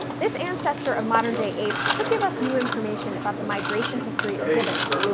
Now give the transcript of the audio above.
this ancestor of modern-day apes could give us new information about the migration history of gibbons.